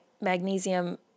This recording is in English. magnesium